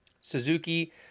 Suzuki